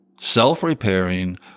self-repairing